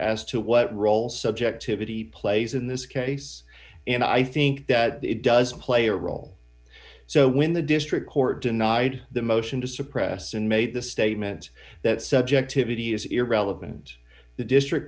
as to what role subjectivity plays in this case and i think that it does play a role so when the district court denied the motion to suppress and made the statement that subjectivity is irrelevant the district